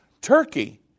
Turkey